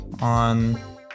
on